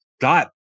got